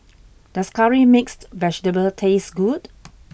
does Curry Mixed Vegetable taste good